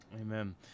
amen